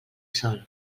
sol